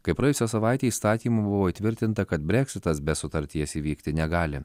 kai praėjusią savaitę įstatymu buvo įtvirtinta kad breksitas be sutarties įvykti negali